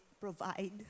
provide